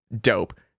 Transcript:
dope